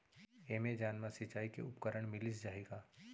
Amazon मा सिंचाई के उपकरण मिलिस जाही का?